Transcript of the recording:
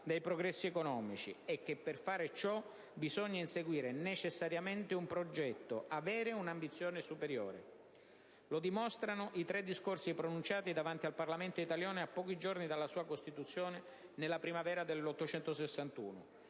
dai progressi economici e che per fare ciò bisogna inseguire necessariamente un progetto, avere un'ambizione superiore. Lo dimostrano i tre discorsi pronunciati davanti al Parlamento italiano a pochi giorni dalla sua costituzione, nella primavera del 1861.